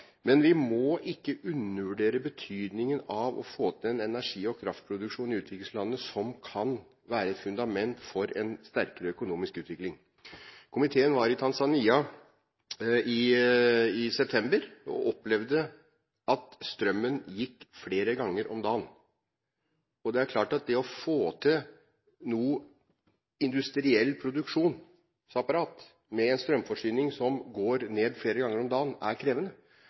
men vi må ikke undervurdere betydningen av å få til en energi- og kraftproduksjon i utviklingslandene som kan være et fundament for en sterkere økonomisk utvikling. Komiteen var i Tanzania i september og opplevde at strømmen gikk flere ganger om dagen. Det er klart at det å få til noe industrielt produksjonsapparat med en strømforsyning som går ned flere ganger om dagen, er krevende.